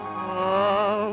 no